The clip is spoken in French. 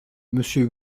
monsieur